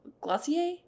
glossier